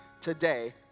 today